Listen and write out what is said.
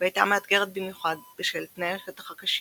והייתה מאתגרת במיוחד בשל תנאי השטח הקשים,